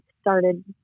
started